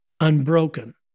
Unbroken